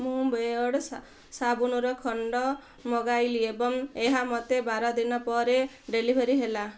ମୁଁ ବେୟର୍ଡ଼ୋ ସାବୁନର ଖଣ୍ଡ ମଗାଇଲି ଏବଂ ଏହା ମୋତେ ବାର ଦିନ ପରେ ଡେଲିଭର୍ ହେଲା